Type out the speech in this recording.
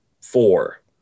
four